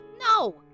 No